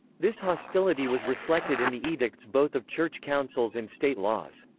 this hostility was reflected in the edicts both of church councils and state laws.